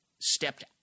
stepped